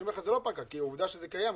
אני אומר לך שזה לא פקע כי עובדה שזה קיים.